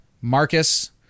Marcus